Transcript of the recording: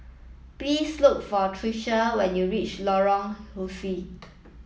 please look for Trisha when you reach Lorong